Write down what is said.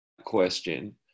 question